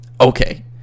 Okay